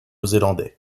zélandais